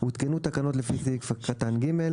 הותקנו תקנות לפי סעיף קטן (ג),